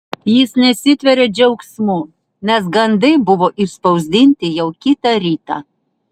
jis nesitvėrė džiaugsmu nes gandai buvo išspausdinti jau kitą rytą